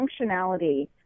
functionality